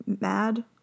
mad